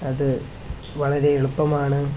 അത് വളരെ എളുപ്പമാണ്